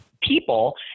people